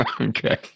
Okay